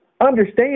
Understand